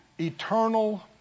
Eternal